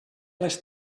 les